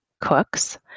cooks